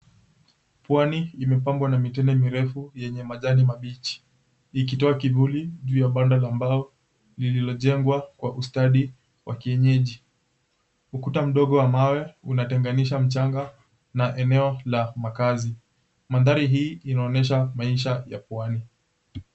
Pwani imepambwa na mitende mirefu yenye majani mabichi, likitoa kivuli juu ga banda la mbao lililojengwa kwa ustadi wa kienyeji ukuta mdogo wa mawe unatenganisha mchanga na eneo la makaazi, maandhari hii inaonyesha maisha ya pwani.